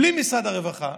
בלי משרד הרווחה,